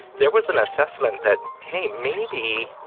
there was an assessment that, hey, maybe